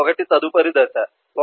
1 తదుపరి దశ 1